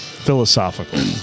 philosophical